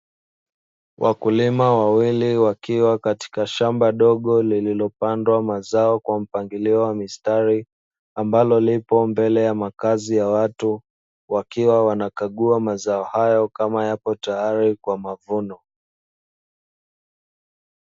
Wakulima wawili wakiwa katika shamba dogo lililopandwa mazao kwa mpangilio wa mistari, ambalo lipo mbele ya makazi ya watu wakiwa wanakagua mazao hayo kama yapo tayari kwa mavuno.